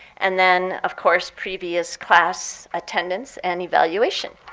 and then, of course, previous class attendance and evaluation.